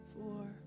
four